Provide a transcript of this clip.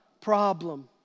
problem